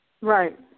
Right